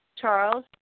Charles